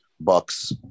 Bucks